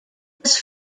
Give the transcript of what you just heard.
was